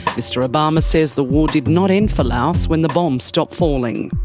mr obama says the war did not end for laos when the bombs stopped falling.